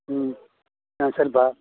ம் ஆ சரிப்பா